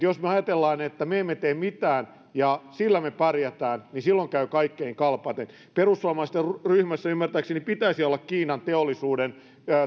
jos ajattelemme että me emme tee mitään ja sillä me pärjäämme niin silloin käy kaikkien kalpaten perussuomalaisten ryhmässä ymmärtääkseni pitäisi olla kiinan teollisuuden